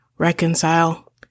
Reconcile